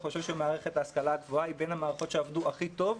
אני חושב שמערכת ההשכלה הגבוהה היא בין המערכות שעבדו הכי טוב,